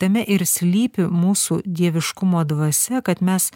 tame ir slypi mūsų dieviškumo dvasia kad mes